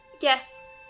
Yes